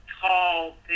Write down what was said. tall